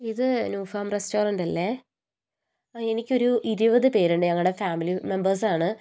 ഇത് new farm റെസ്റ്റോറൻറ്റല്ലേ എനിക്കൊരു ഇരുപത് പേരുണ്ട് ഞങ്ങളുടെ ഫാമിലി മെംമ്പേഴ്സ് ആണ്